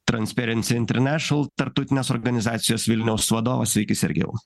transparency international tarptautinės organizacijos vilniaus vadovas sveiki sergejau